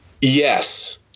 Yes